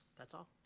that's all.